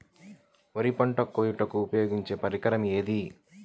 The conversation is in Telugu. వరి పంట కోయుటకు ఉపయోగించే పరికరం ఏది?